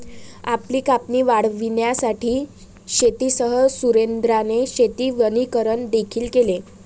आपली कमाई वाढविण्यासाठी शेतीसह सुरेंद्राने शेती वनीकरण देखील केले